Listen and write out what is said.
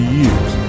years